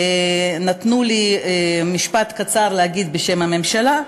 נתנו לי משפט קצר להגיד בשם הממשלה,